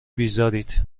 بیزارید